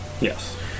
Yes